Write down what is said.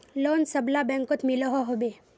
Loan सबला बैंकोत मिलोहो होबे?